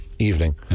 Evening